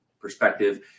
perspective